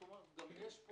כלומר גם יש פה